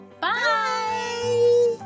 Bye